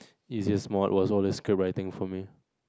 is just mode was also describing for me